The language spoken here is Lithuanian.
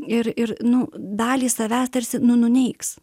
ir ir nu dalį savęs tarsi nu nuneigs